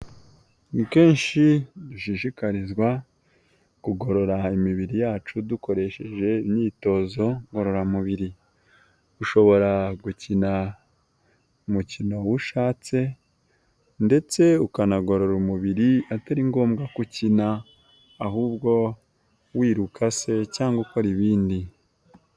Ni kenshi dushishikarizwa kugorora imibiri yacu, dukoresheje imyitozo ngororamubiri. Ushobora gukina umukino uwo ushatse ndetse ukanagorora umubiri atari ngombwa ko ukina ahubwo wiruka se cyangwa ukora ibindi.